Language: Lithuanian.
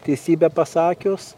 teisybę pasakius